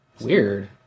Weird